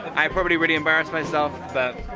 i probably really embarrassed myself, but.